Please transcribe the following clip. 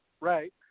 right